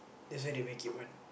that's why they make it one